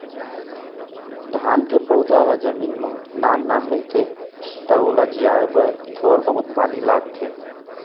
धान के पउधा ह जमीन म नान नान रहिथे त ओला जियाए बर थोर बहुत पानी लगथे